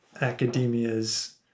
academia's